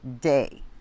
day